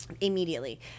immediately